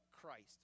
Christ